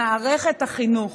במערכת החינוך,